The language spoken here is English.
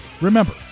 remember